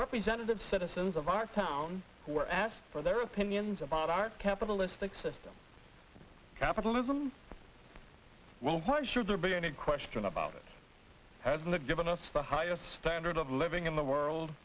representative citizens of our town who are asked for their opinions about our capitalistic system capitalism well why should there be any question about it has not given us the highest standard of living in the world